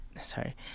sorry